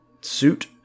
suit